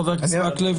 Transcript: חבר הכנסת מקלב,